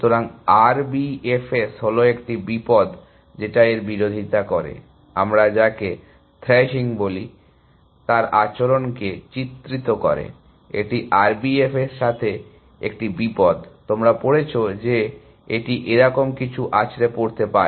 সুতরাং R B F S হলো একটি বিপদ যেটা এর বিরোধিতা করে আমরা যাকে থ্র্যাশিং বলি তার আচরণকে চিত্রিত করে এটি R B F S এর সাথে একটি বিপদ তোমরা পড়েছো যে এটি এরকম কিছু আছড়ে পড়তে পারে